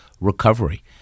recovery